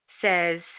says